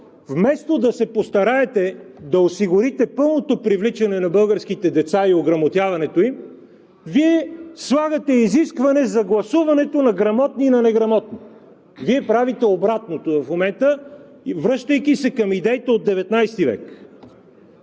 Вместо да се постараете да осигурите пълното привличане на българските деца и ограмотяването им, Вие слагате изискване за гласуването на грамотни и неграмотни. Вие правите обратното в момента, връщайки се на идеите от XIX век.